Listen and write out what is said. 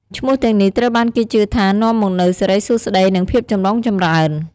ឈ្មោះទាំងនេះត្រូវបានគេជឿថា នាំមកនូវសិរីសួស្តី និងភាពចម្រុងចម្រើន។